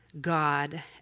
God